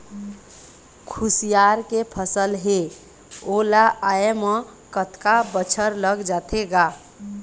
खुसियार के फसल हे ओ ला आय म कतका बछर लग जाथे गा?